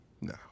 No